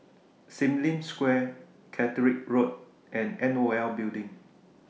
SIM Lim Square Caterick Road and NOL Building